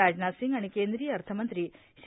राजनाथ सिंग आणि केंद्रीय अर्थमंत्री श्री